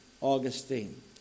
Augustine